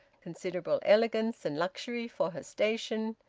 considerable elegance and luxury for her station,